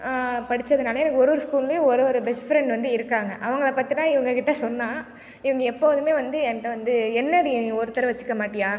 படித்ததனால எனக்கு ஒரு ஒரு ஸ்கூல்லையும் ஒரு ஒரு பெஸ்ட் ஃப்ரெண்ட் வந்து இருக்காங்க அவங்களை பற்றிலாம் இவங்கக்கிட்ட சொன்னால் இவங்க எப்போதுமே வந்து என்கிட்ட வந்து என்னடி நீ ஒருத்தரை வச்சுக்க மாட்டியா